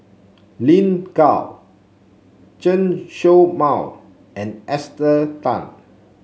Lin Gao Chen Show Mao and Esther Tan